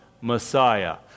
Messiah